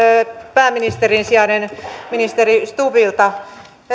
pääministerin sijaiselta ministeri stubbilta nyt